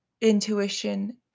intuition